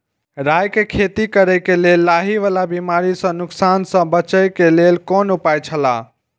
राय के खेती करे के लेल लाहि वाला बिमारी स नुकसान स बचे के लेल कोन उपाय छला?